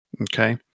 Okay